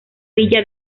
villa